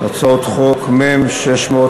הצעת חוק מ/611.